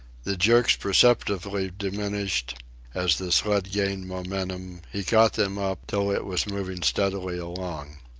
the jerks perceptibly diminished as the sled gained momentum, he caught them up, till it was moving steadily along.